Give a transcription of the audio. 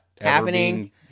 happening